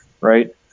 right